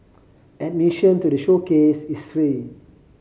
admission to the showcase is free